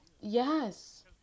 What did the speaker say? Yes